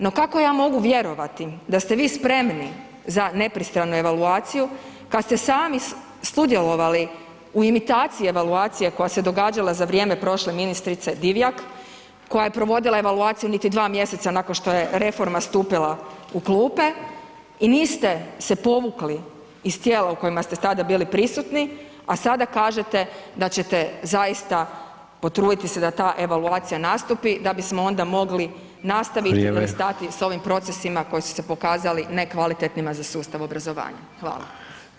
No, kako ja mogu vjerovati da ste vi spremni za nepristranu evaluaciju kad ste sami sudjelovali u imitaciji evaluacije koja se događala za vrijeme prošle ministrice Divjak koja je provodila evaluaciju niti 2 mjeseca nakon što je reforma stupila u klupe i niste se povukli iz tijela u kojima ste tada bili prisutni, a sada kažete da ćete zaista potruditi se da ta evaluacija nastupi, da bismo onda mogli nastaviti [[Upadica: Vrijeme.]] s ovim procesima koji su se pokazali nekvalitetnima za sustav obrazovanja.